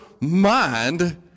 mind